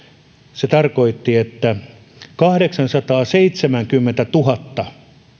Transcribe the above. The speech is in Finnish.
se tarkoitti että kahdeksansataaseitsemänkymmentätuhatta